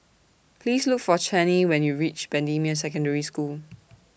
Please Look For Chaney when YOU REACH Bendemeer Secondary School